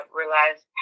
realized